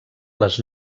les